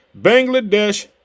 Bangladesh